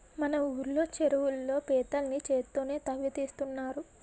మన ఊళ్ళో చెరువుల్లో పీతల్ని చేత్తోనే తవ్వి తీస్తున్నారు